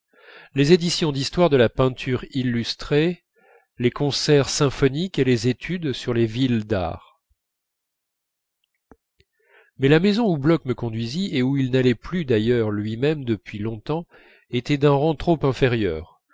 les éditions d'histoire de la peinture illustrées les concerts symphoniques et les études sur les villes d'art mais la maison où bloch me conduisit et où il n'allait plus d'ailleurs lui-même depuis longtemps était d'un rang trop inférieur